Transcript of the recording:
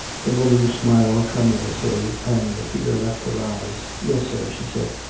the woman smiled tremulously, and the fear left her eyes. yes, sir, she said.